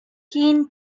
keen